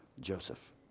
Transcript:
Joseph